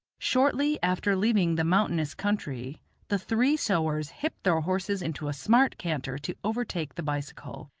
shortly after leaving the mountainous country the three sowars hip their horses into a smart canter to overtake the bicycle.